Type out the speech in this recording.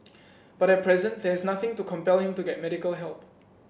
but at present there is nothing to compel him to get medical help